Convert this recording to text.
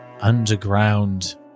underground